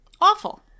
Awful